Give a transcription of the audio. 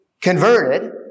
converted